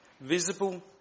visible